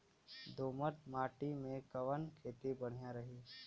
दोमट माटी में कवन खेती बढ़िया रही?